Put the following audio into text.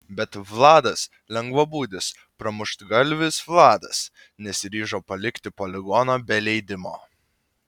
bet vladas lengvabūdis pramuštgalvis vladas nesiryžo palikti poligono be leidimo